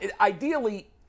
ideally